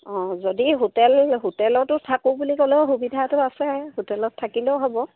অঁ যদি হোটেল হোটেলতো থাকোঁ বুলি ক'লেও সুবিধাটো আছে হোটেলত থাকিলেও হ'ব